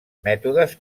mètodes